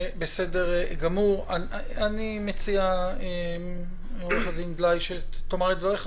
אני מציע עו"ד בליי שתאמר את דבריך,